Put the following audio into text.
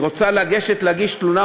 היא רוצה לגשת להגיש תלונה,